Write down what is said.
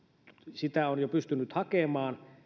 sitä on jo pystynyt hakemaan